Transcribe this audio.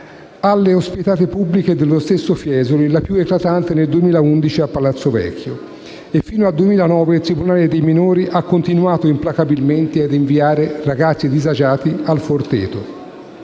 alle ospitate pubbliche dello stesso Fiesoli (la più eclatante nel novembre 2011 a Palazzo Vecchio). E fino al 2009 il tribunale dei minori ha continuato implacabilmente ad inviare ragazzi disagiati al Forteto.